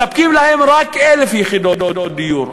מספקים להם רק 1,000 יחידות דיור.